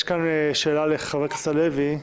יש שאלה לחבר הכנסת הלוי.